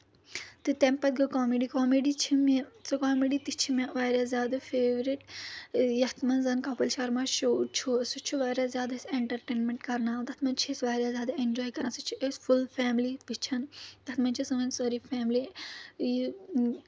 تہٕ تَمہِ پَتہٕ گٔے کامیڈی کامیڈی چھِ مےٚ مان ژٕ کامیڈی تہِ چھِ مےٚ واریاہ زیادٕ فیورِٹ یَتھ منٛز زَن کٔپِل شرما شو چھُ سُہ چھُ واریاہ زیادٕ اسہِ اینٹَرٹینمؠنٛٹ کَرناوان تَتھ منٛز چھِ أسۍ واریاہ زیادٕ ایٚنجاے کَران سُہ چھِ أسۍ فُل فیملی وٕچھان تَتھ منٛز چھِ سٲنۍ سٲری فیملی یہِ